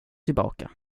tillbaka